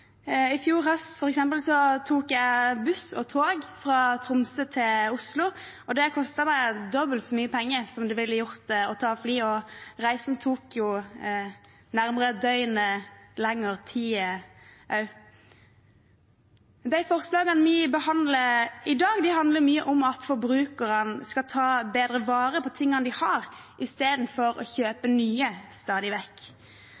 I fjor høst, f.eks., tok jeg buss og tog fra Tromsø til Oslo. Det kostet meg dobbelt så mange penger som det ville gjort å ta fly, og reisen tok også nærmere et døgn lengre tid. De forslagene vi behandler i dag, handler mye om at forbrukerne skal ta bedre vare på tingene de har, istedenfor stadig vekk å